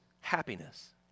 happiness